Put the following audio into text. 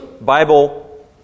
Bible